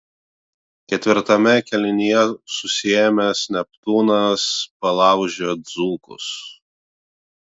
ketvirtame kėlinyje susiėmęs neptūnas palaužė dzūkus